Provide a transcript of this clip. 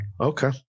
Okay